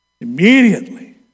Immediately